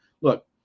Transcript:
Look